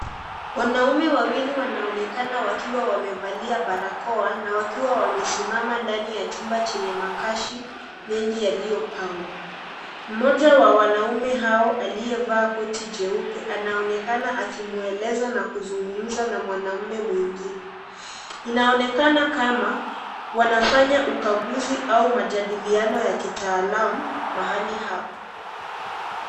Wanaume wawili wanaonekana wakiwa wamevalia barakoa, na wakiwa wamesimama ndani ya chumba chenye makashi mengi yaliyopagwa. Mmoja wa wanaume hao aliyevaa koti jeupe anaonekana akimweleza na kuzungumza na mwanamume mwingine. Inaonekana kama wanafanya ukaguzi au majadiliano ya kitaalamu mahali hapo.